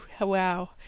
wow